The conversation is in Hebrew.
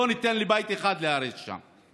לא ניתן לבית אחד להיהרס שם.